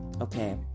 Okay